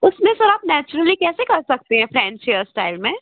उसमें सर आप नेचुरली कैसे कर सकते हैं फ्रेंच हेयर स्टाइल में